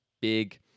big